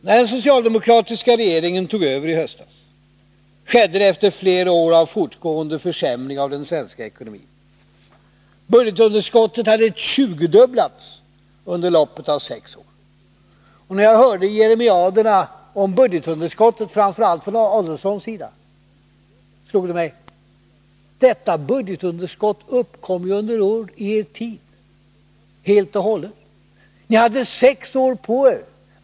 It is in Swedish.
När den socialdemokratiska regeringen tog över i höstas, skedde det efter flera år av fortgående försämring av den svenska ekonomin. Budgetunderskottet hade tjugodubblats under loppet av sex år. När jag hörde jeremiaderna om budgetunderskottet från framför allt herr Adelsohn slog det mig: Detta budgetunderskott uppkom under er tid — helt och hållet. Ni hade sex år på er.